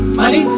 Money